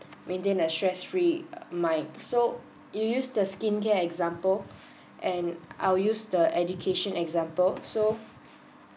maintain a stress free uh mind so you use the skincare example and I'll use the education example so